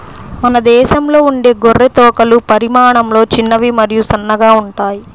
మన దేశంలో ఉండే గొర్రె తోకలు పరిమాణంలో చిన్నవి మరియు సన్నగా ఉంటాయి